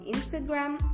Instagram